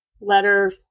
letter